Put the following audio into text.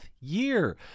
year